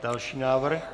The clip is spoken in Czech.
Další návrh.